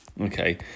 Okay